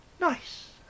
nice